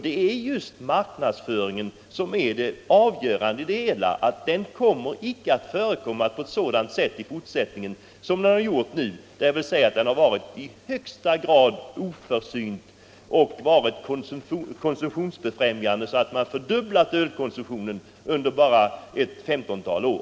Det är just marknadsföringen av ölet som här är det avgörande; den skall icke förekomma på ett sådant sätt i fortsättningen som hittills. Den har varit i högsta grad oförsynt och konsumtionsbefrämjande så att man fördubblat ölkonsumtionen under bara ett femtontal år.